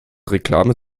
reklame